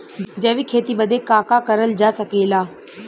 जैविक खेती बदे का का करल जा सकेला?